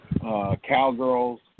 Cowgirls